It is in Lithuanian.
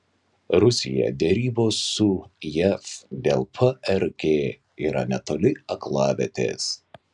rusija derybos su jav dėl prg yra netoli aklavietės